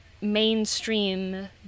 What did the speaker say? mainstream